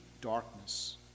darkness